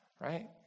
right